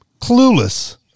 clueless